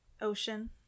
ocean